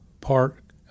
Park